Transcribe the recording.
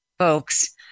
Folks